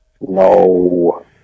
No